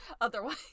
Otherwise